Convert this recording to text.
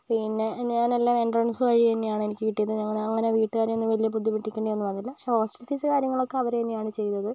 പിന്നെ ഞാൻ എല്ലാ എൻട്രൻസ് വഴി തന്നെയാണ് എനിക്ക് കിട്ടിയത് ഞാൻ വീട്ടുകാരെ ഒന്നും ബുദ്ധിമുട്ടിക്കേണ്ടി വന്നില്ല പക്ഷേ ഹോസ്റ്റൽ ഫീസും കാര്യങ്ങളൊക്കെ അവര് തന്നെയാണ് ചെയ്യുന്നത്